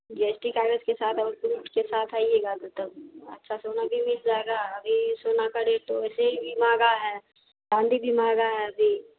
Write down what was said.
जी S T कागज़ के साथ और प्रूफ के साथ आइएगा तो तब अच्छा सोना भी मिल जाएगा अभी सोना का रेट तो वैसे भी महँगा है चाँदी भी महँगी है अभी